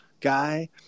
guy